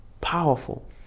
Powerful